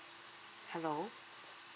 hello